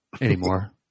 anymore